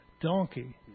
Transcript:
donkey